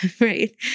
right